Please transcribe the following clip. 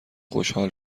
خوشحال